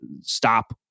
stop